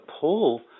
pull